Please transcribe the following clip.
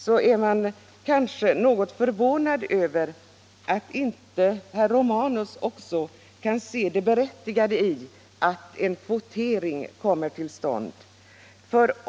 Jag är kanske något förvånad över att inte herr Romanus också kan se det berättigade i att en kvotering kommer till stånd.